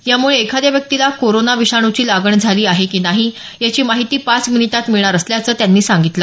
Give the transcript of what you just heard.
यामुळे एखाद्या व्यक्तीला कोरोना विषाणूची लागण झाली आहे की नाही याची माहिती पाच मिनिटात मिळणार असल्याचं त्यांनी सांगितलं